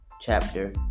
chapter